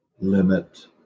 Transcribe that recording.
limit